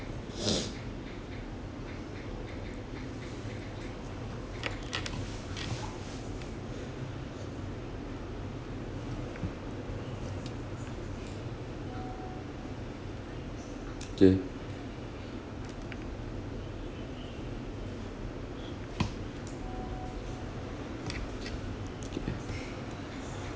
okay